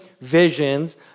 visions